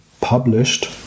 published